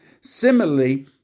similarly